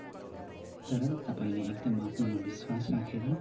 तर तपाईँले एकदम आफ्नोमा विश्वास राखेर